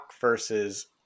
versus